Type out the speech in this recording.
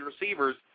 receivers